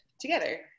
together